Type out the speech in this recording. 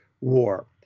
war